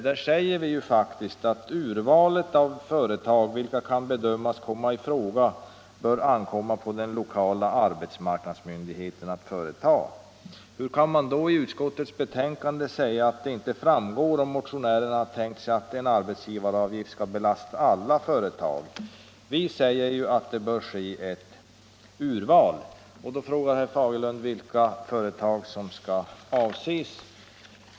Där säger vi nämligen: ”Urvalet av företag vilka kan bedömas komma i fråga ——-—- bör det ankomma på den lokala arbetsmarknadsmyndigheten att företa.” Hur kan man då i utskottets betänkande skriva, att det inte framgår om motionärerna tänkt sig att en arbetsgivaravgift skall avse alla företag? Vi säger ju att det bör ske ett urval. Då frågar herr Fagerlund vilka företag som skall utväljas.